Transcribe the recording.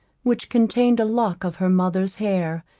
which contained a lock of her mother's hair,